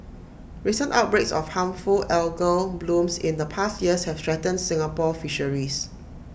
recent outbreaks of harmful algal blooms in the past years have threatened Singapore fisheries